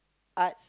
Arts